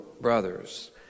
brothers